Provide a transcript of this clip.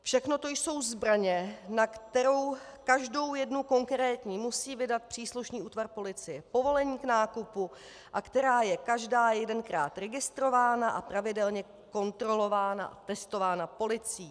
Všechno to jsou zbraně, na kterou každou jednu konkrétní musí vydat příslušný útvar policie povolení k nákupu a která je každá jedenkrát registrována a pravidelně kontrolována a testována policií.